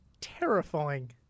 terrifying